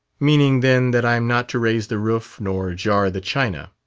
meaning, then, that i am not to raise the roof nor jar the china.